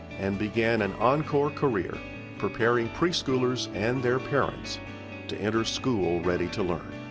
and began an encore career preparing preschoolers and their parents to enter school ready to learn.